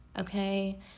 okay